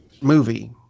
movie